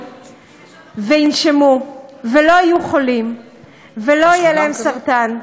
וינשמו ולא יהיו חולים ולא יהיה להם סרטן,